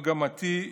מגמתי,